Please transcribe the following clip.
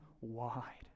wide